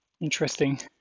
Interesting